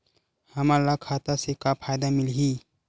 हमन ला खाता से का का फ़ायदा मिलही?